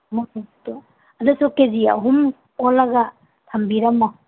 ꯃꯀꯨꯞꯇꯣ ꯑꯗꯨꯁꯨ ꯀꯦꯖꯤ ꯑꯍꯨꯝ ꯑꯣꯜꯂꯒ ꯊꯝꯕꯤꯔꯝꯃꯣ